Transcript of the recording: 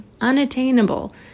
unattainable